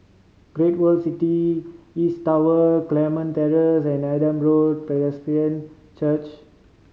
Great World City East Tower Carmen Terrace and Adam Road Presbyterian Church